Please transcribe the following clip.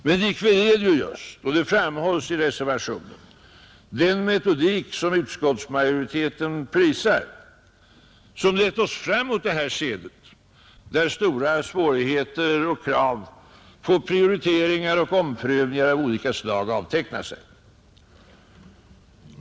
Men likväl är det just — och det framhålls i reservationen — den metodik som utskottsmajoriteten prisar som lett oss fram mot det här skedet där stora svårigheter och krav på prioriteringar och omprövningar av olika slag avtecknar sig.